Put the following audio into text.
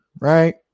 right